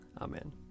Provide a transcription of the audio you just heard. Amen